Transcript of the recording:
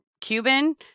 Cuban